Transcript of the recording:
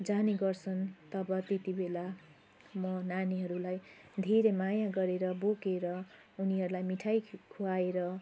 जाने गर्छन् तब त्यति बेला म नानीहरूलाई धेरै माया गरेर बोकेर उनीहरूलाई मिठाई खुवाएर